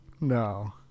no